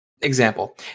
example